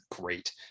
great